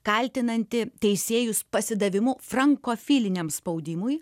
kaltinanti teisėjus pasidavimu frankofiliniam spaudimui